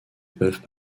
peuvent